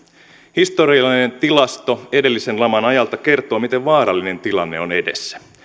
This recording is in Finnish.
historiallinen tilasto edellisen laman ajalta kertoo miten vaarallinen tilanne on edessä